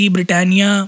Britannia